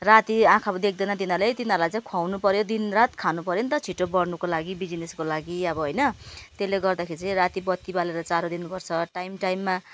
राति आँखा देख्दैन तिनीहरूले तिनीहरूलाई चाहिँ खुवाउनु पऱ्यो दिन रात खानु पऱ्यो नि त छिटो बढ्नुको लागि बिजिनेसको लागि अब होइन त्यसले गर्दाखेरि चाहिँ राति बत्ती बालेर चारो दिनु पर्छ टाइम टाइममा